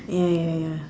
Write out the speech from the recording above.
ya ya ya